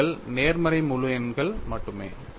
root கள் நேர்மறை முழு எண்கள் மட்டுமே